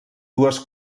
dues